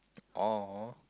or or